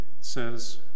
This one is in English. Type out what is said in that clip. says